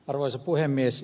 arvoisa puhemies